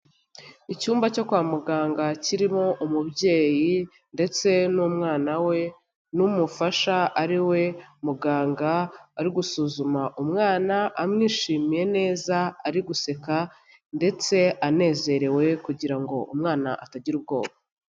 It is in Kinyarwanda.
Icyumba cyo kwa muganga kirimo umubyeyi ndetse n'umwana we n'umufasha ari we muganga ari gusuzuma umwana amwishimiye neza, ari guseka ndetse anezerewe kugira ngo umwana atagira ubwoba.